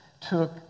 took